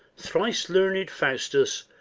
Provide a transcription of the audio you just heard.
thrice-learned faustus,